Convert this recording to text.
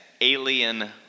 alien